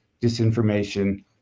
disinformation